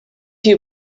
you